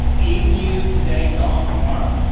emu today, gone tomorrow?